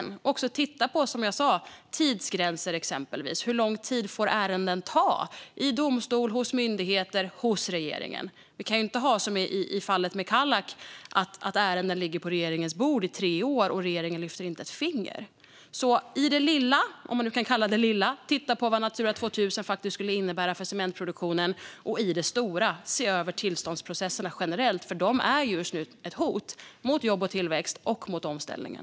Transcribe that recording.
Man behöver också titta på, som jag sa, exempelvis tidsgränser. Hur lång tid får ärenden ta i domstol, hos myndigheter och hos regeringen? Vi kan inte ha det som i fallet med Kallak, att ärenden ligger på regeringens bord i tre år och att regeringen inte lyfter ett finger. I det lilla - om man nu kan kalla det för "det lilla" - handlar det om att man skulle ha tittat på vad Natura 2000 faktiskt skulle innebära för cementproduktionen. Och i det stora handlar det om att se över tillståndsprocesserna generellt, för de är just nu ett hot mot jobb och tillväxt och mot omställningen.